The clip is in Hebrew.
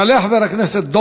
יעלה חבר הכנסת